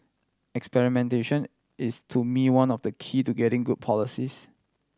experimentation is to me one of the key to getting good policies